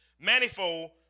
Manifold